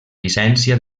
llicència